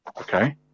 Okay